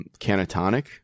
Canatonic